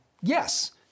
yes